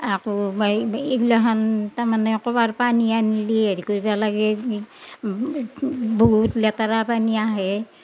আকৌ এই এইগিলাখান তাৰমানে ক'ৰবাৰ পানী আনলি হেৰি কৰিব লাগেই বহুত লেতেৰা পানী আহে